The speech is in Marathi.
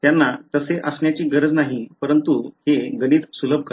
त्यांना तसे असण्याची गरज नाही परंतु हे गणित सुलभ करतात